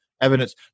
evidence